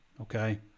okay